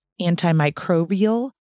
antimicrobial